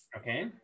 Okay